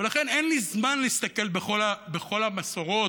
ולכן, אין לי זמן להסתכל בכל המסורות,